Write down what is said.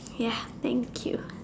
ya thank you